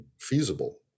feasible